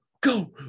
go